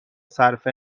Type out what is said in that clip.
صرف